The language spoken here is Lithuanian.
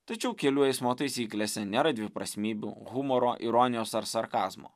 tačiau kelių eismo taisyklėse nėra dviprasmybių humoro ironijos ar sarkazmo